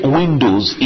windows